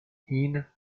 این